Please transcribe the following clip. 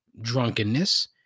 drunkenness